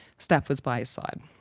stapp was by his side.